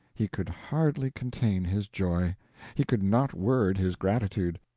he could hardly contain his joy he could not word his gratitude.